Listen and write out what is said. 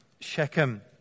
Shechem